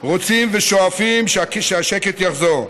רוצים ושואפים שהשקט יחזור,